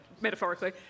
metaphorically